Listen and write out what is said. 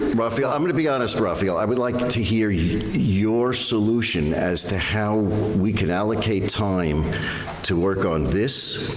raphael, i'm gonna be honest, raphael, i would like to hear your your solution as to how we can allocate time to work on this,